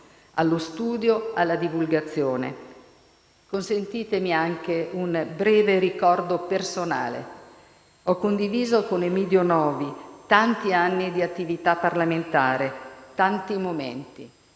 allo studio e alla divulgazione. Consentitemi anche un breve ricordo personale. Ho condiviso con Emiddio Novi tanti anni di attività parlamentare, tanti momenti.